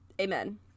Amen